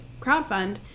crowdfund